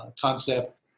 concept